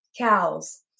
cows